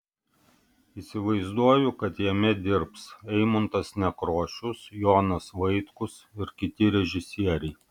įsivaizduoju kad jame dirbs eimuntas nekrošius jonas vaitkus ir kiti režisieriai